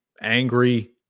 angry